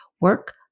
Work